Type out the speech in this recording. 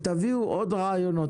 תביאו עוד רעיונות,